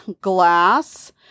glass